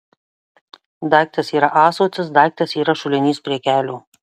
daiktas yra ąsotis daiktas yra šulinys prie kelio